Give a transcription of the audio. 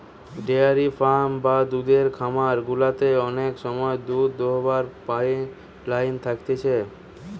dairy farm বা দুধের খামার গুলাতে অনেক সময় দুধ দোহাবার পাইপ লাইন থাকতিছে